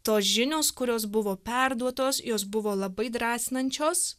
tos žinios kurios buvo perduotos jos buvo labai drąsinančios